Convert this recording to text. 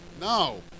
no